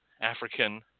African